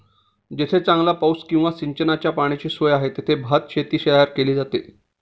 जेथे चांगला पाऊस किंवा सिंचनाच्या पाण्याची सोय आहे, तेथे भातशेती तयार केली जाते